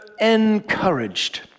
encouraged